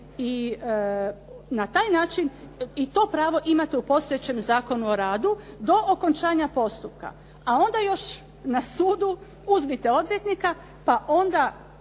na taj način i to pravo imate u postojećem Zakonu o radu do okončanja postupka a onda još na sudu uzmite odvjetnika pa onda